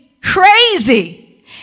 crazy